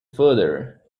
further